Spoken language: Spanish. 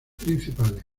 principales